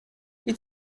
die